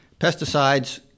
Pesticides